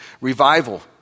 Revival